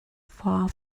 far